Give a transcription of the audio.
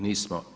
Nismo.